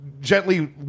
gently